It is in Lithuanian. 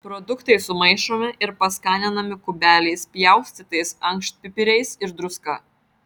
produktai sumaišomi ir paskaninami kubeliais pjaustytais ankštpipiriais ir druska